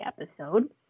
episode